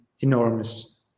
enormous